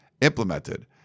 implemented